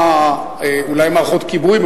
אולי מערכות כיבוי,